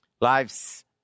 Lives